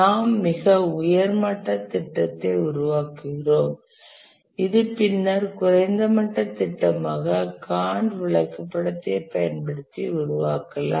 நாம் மிக உயர் மட்டத் திட்டத்தை உருவாக்குகிறோம் இது பின்னர் குறைந்த மட்டத் திட்டமாக காண்ட் விளக்கப்படத்தைப் பயன்படுத்தி உருவாக்கலாம்